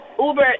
Uber